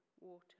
water